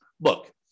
look